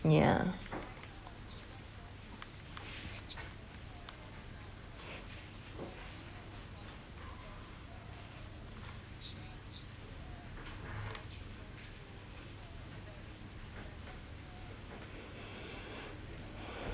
ya